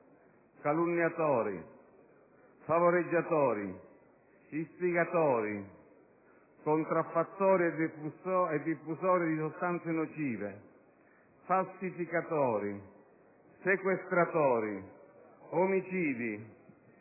calunniatori, favoreggiatori, istigatori, contraffattori e diffusori di sostanze nocive, falsificatori, sequestratori, omicidi,